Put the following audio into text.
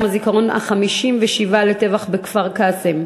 הזיכרון החמישים-ושבעה לטבח בכפר-קאסם,